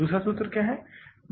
दूसरा सूत्र क्या है